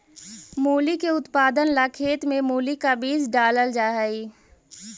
मूली के उत्पादन ला खेत में मूली का बीज डालल जा हई